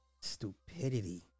Stupidity